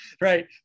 right